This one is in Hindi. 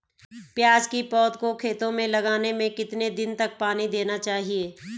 प्याज़ की पौध को खेतों में लगाने में कितने दिन तक पानी देना चाहिए?